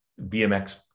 bmx